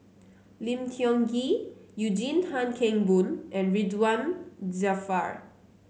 Lim Tiong Ghee Eugene Tan Kheng Boon and Ridzwan Dzafir